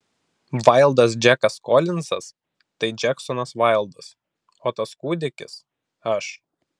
vaildas džekas kolinzas tai džeksonas vaildas o tas kūdikis aš